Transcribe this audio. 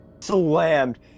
slammed